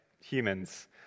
humans